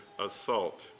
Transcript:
assault